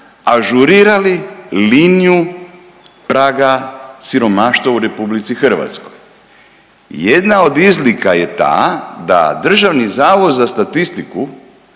ažurirali liniju praga siromaštva u RH. Jedna od izlika je ta da Državni zavod za statistiku